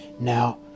now